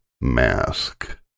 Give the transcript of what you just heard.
mask